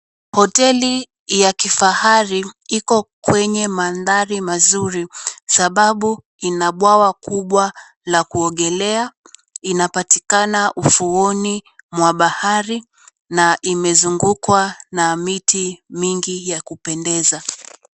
Hoteli ya kifahari iko kwenye mandhari mazuri, sababu ina bwawa kubwa la kuogelea, inapatikana ufuoni mwa bahari na imezungukwa na miti mingi ya kupendeza.